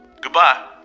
goodbye